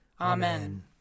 Amen